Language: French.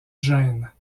gène